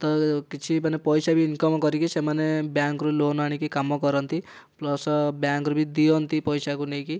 ତ କିଛି ମାନେ ପଇସା ବି ଇନକମ କରିକି ସେମାନେ ବ୍ୟାଙ୍କରୁ ଲୋନ ଆଣିକି କାମ କରନ୍ତି ପ୍ଲସ ବ୍ୟାଙ୍କରୁ ବି ଦିଅନ୍ତି ପଇସାକୁ ନେଇକି